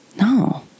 No